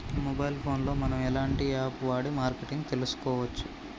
Mobile phone లో మనం ఎలాంటి యాప్ వాడి మార్కెటింగ్ తెలుసుకోవచ్చు?